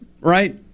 right